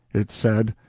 it said,